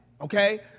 okay